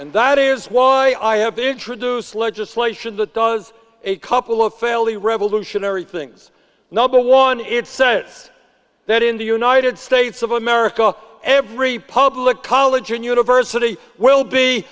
and that is why i have introduced legislation that does a couple of fairly revolutionary things number one it says that in the united states of america every public college and university will be